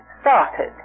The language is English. started